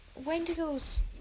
Wendigos